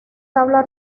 tabla